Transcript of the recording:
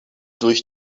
durch